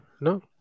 no